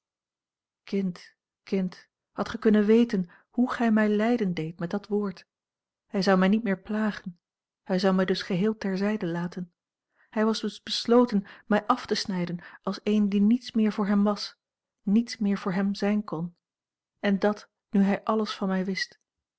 kind kind hadt gij kunnen weten hoe gij mij lijden deedt met dat woord hij zou mij niet meer plagen hij zou mij dus geheel ter zijde laten hij was dus besloten mij af te snijden als eene die niets meer voor hem was niets meer voor hem zijn kon en dat nu hij alles van mij wist